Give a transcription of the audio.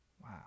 Wow